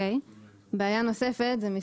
בעיה נוספת עמ'